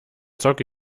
zocke